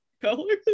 color